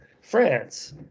France